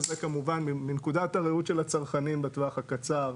וזה כמובן מנקודת הראות של הצנחנים בטווח הקצר,